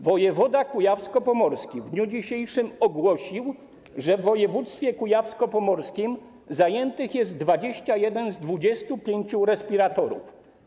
Wojewoda kujawsko-pomorski w dniu dzisiejszym ogłosił, że w województwie kujawsko-pomorskim zajętych jest 21 z 25 respiratorów.